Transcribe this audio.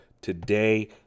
Today